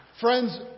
Friends